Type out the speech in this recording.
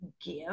give